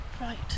Right